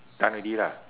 done already lah